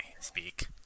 speak